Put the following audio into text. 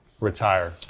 retire